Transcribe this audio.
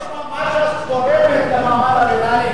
אני רוצה לשמוע מה קורה למעמד הביניים,